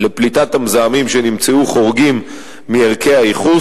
לפליטת המזהמים שנמצאו חורגים מערכי הייחוס,